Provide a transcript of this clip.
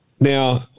Now